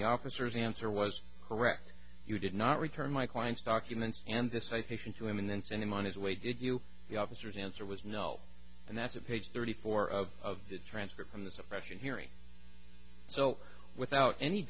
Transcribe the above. the officers answer was correct you did not return my client's documents and this a fishing to him and then sent him on his way did you the officers answer was no and that's a page thirty four of the transcript from the suppression hearing so without any